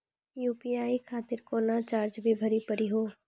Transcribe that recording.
UPI खातिर कोनो charge भी भरी पड़ी हो?